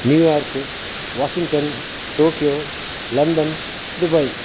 New York Washington Tokyo London Dubai